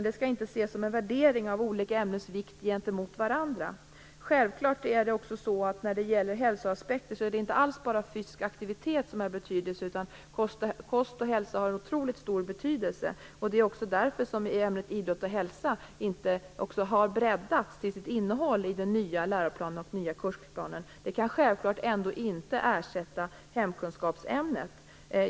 Det skall inte ses som en värdering av olika ämnens vikt gentemot varandra. För hälsoaspekter är det självklart inte alls bara fysisk aktivitet som har betydelse. Kost har en otroligt stor betydelse för hälsan. Det är också därför ämnet idrott och hälsa har breddats till sitt innehåll i den nya läroplanen och den nya kursplanen. Det kan självklart ändå inte ersätta hemkunskapsämnet.